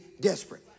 desperate